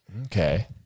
Okay